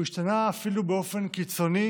הוא השתנה אפילו באופן קיצוני